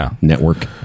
network